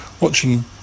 watching